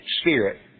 spirit